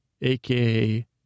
AKA